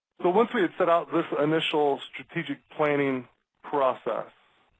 but once we had set out this initial strategic planning process